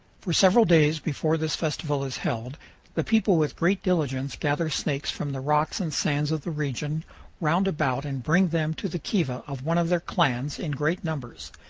for several days before this festival is held the people with great diligence gather snakes from the rocks and sands of the region round about and bring them to the kiva of one of their clans in great numbers,